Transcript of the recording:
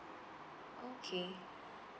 okay